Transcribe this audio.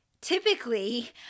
typically